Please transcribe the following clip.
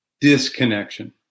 Disconnection